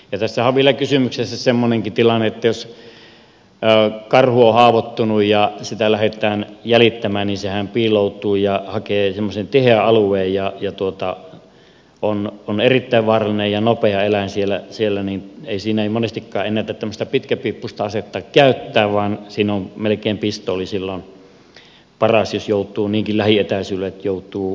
tässähän on vielä kysymyksessä semmoinenkin tilanne että jos karhu on haavoittunut ja sitä lähdetään jäljittämään niin sehän piiloutuu ja hakee semmoisen tiheän alueen ja on erittäin vaarallinen ja nopea eläin siellä ja siinä ei monestikaan ennätä tämmöistä pitkäpiippuista asetta käyttää vaan siinä on melkein pistooli silloin paras jos joutuu niinkin lähietäisyydelle että joutuu karhun kanssa painimaan